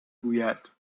گوید